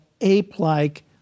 ape-like